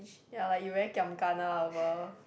ya like you very kiam gana over